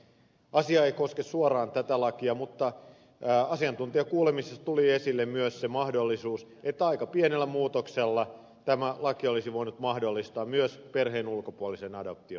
asia ei koske suoraan tätä lakia mutta asiantuntijakuulemisissa tuli esille myös se mahdollisuus että aika pienellä muutoksella tämä laki olisi voinut mahdollistaa myös perheen ulkopuolisen adoption